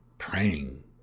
Praying